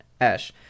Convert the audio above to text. ash